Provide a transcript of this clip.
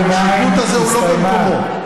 השיפוט הזה הוא לא במקומו.